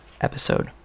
episode